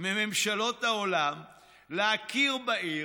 מממשלות העולם להכיר בעיר,